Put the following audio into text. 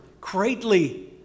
greatly